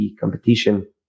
competition